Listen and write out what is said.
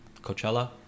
Coachella